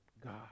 God